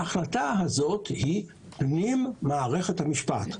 ההחלטה הזאת היא פנים מערכת המשפט.